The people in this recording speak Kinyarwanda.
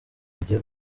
agiye